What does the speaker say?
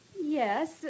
Yes